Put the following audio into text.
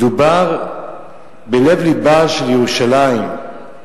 מדובר בלב-לבה של ירושלים.